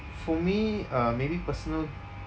for me uh maybe personal